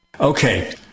Okay